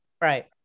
right